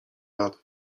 lat